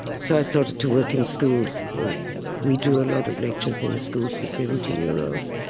so i started to work in schools we do a lot of lectures in schools, to seventeen year olds,